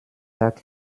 tag